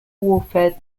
warfare